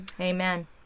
Amen